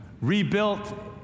rebuilt